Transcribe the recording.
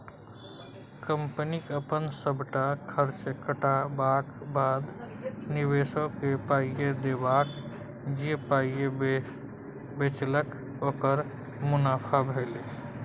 कंपनीक अपन सबटा खर्च कटबाक बाद, निबेशककेँ पाइ देबाक जे पाइ बचेलक ओकर मुनाफा भेलै